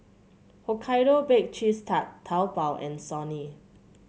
Hokkaido Baked Cheese Tart Taobao and Sony